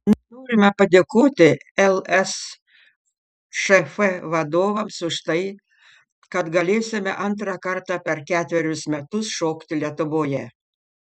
norime padėkoti lsšf vadovams už tai kad galėsime antrą kartą per ketverius metus šokti lietuvoje